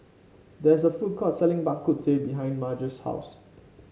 there is a food court selling Bak Kut Teh behind Marge's house